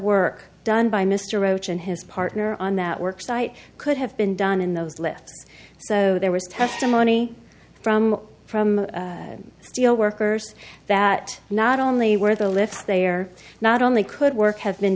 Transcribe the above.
work done by mr roach and his partner on that work site could have been done in those left so there was testimony from from steel workers that not only were the lifts they are not only could work have been